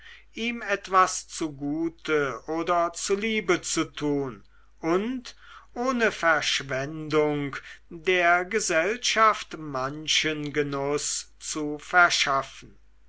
ihm etwas zugute oder zuliebe zu tun und ohne verschwendung der gesellschaft manchen genuß zu verschaffen